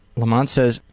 lamont says,